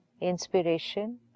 inspiration